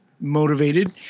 motivated